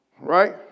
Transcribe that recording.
Right